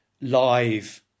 live